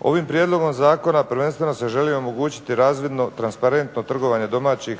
Ovim prijedlogom zakona prvenstveno se želi omogućiti razvidno transparentno trgovanje domaćih